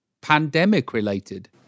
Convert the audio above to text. pandemic-related